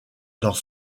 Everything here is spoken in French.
dans